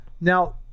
Now